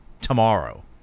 tomorrow